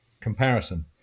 comparison